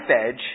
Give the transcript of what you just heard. edge